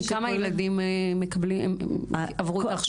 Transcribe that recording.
כמה ילדים עברו את ההכשרה?